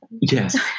Yes